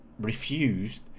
refused